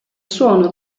suono